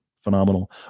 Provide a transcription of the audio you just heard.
Phenomenal